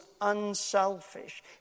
unselfish